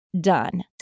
done